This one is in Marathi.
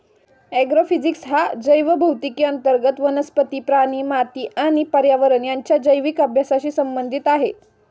ॲग्रोफिजिक्स हा जैवभौतिकी अंतर्गत वनस्पती, प्राणी, माती आणि पर्यावरण यांच्या जैविक अभ्यासाशी संबंधित आहे